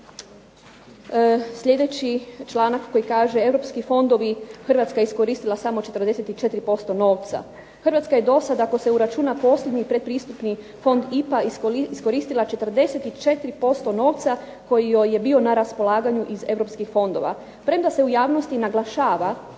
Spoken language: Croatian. sljedeći članak koji kaže: "Europski fondovi Hrvatska je iskoristila samo 44% novca." Hrvatska je dosad ako se uračuna posljednji predpristupni fond IPA iskoristila 44% novca koji joj je bio na raspolaganju iz europskih fondova premda se u javnosti naglašava